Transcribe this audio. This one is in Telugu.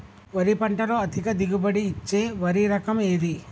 వరి పంట లో అధిక దిగుబడి ఇచ్చే వరి రకం ఏది?